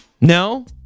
No